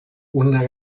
una